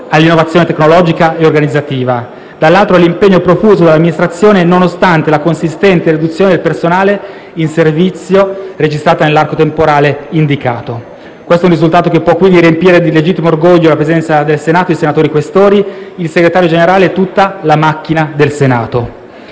all'innovazione tecnologica e organizzativa e, dall'altro, all'impegno profuso dall'Amministrazione, nonostante la consistente riduzione del personale in servizio registrata nell'arco temporale indicato. Questo è un risultato che può quindi riempire di legittimo orgoglio la Presidenza del Senato, i senatori Questori, il Segretario Generale e tutta la macchina del Senato.